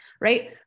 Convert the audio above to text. Right